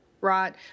Right